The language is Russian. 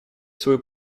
свою